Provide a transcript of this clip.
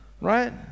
Right